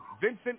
Vincent